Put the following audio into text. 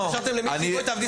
התקשרתם למישהי והיא באה?